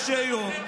קשי יום,